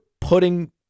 putting